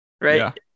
right